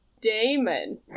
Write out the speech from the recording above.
Damon